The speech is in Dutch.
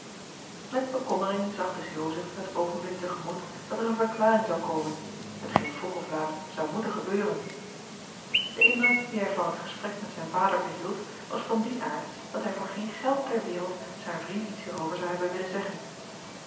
met bekommering zag dus joseph het oogenblik te gemoet dat er eene verklaring zou komen hetgeen vroeg of laat zou moeten gebeuren de indruk dien hij van het gesprek met zijn vader behield was van dien aard dat hij voor geen geld ter wereld zijn vriend iets hierover zou hebben willen zeggen